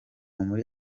muri